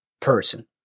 person